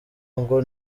ngo